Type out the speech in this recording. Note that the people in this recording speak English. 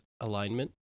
alignment